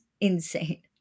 insane